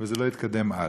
וזה לא התקדם הלאה.